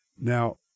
now